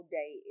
day